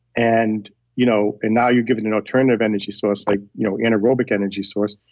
and you know and now you're giving an alternative energy source, like you know anaerobic energy source,